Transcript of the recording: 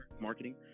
marketing